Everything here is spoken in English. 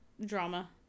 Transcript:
drama